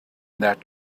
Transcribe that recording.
that